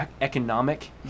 economic